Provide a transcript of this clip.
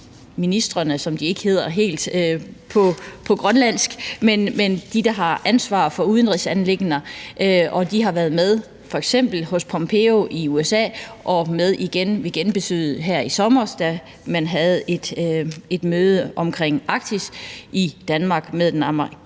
som de ikke helt hedder på grønlandsk, men dem, der har ansvar for udenrigsanliggender, og de har f.eks. været med hos Pompeo i USA og med igen ved genbesøget her i sommer, da man havde et møde om Arktis i Danmark med den amerikanske